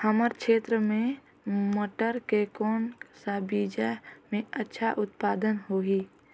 हमर क्षेत्र मे मटर के कौन सा बीजा मे अच्छा उत्पादन होही?